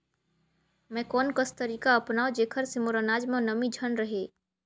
मैं कोन कस तरीका अपनाओं जेकर से मोर अनाज म नमी झन रहे?